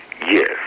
Yes